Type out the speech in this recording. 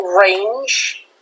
range